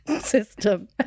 system